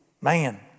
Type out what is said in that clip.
Man